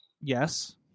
yes